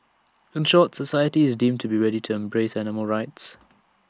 in short society is deemed to be ready to embrace animal rights